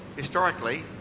historically,